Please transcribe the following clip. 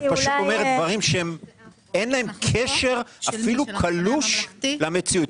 את פשוט אומרת דברים שאין להם קשר אפילו קלוש למציאות.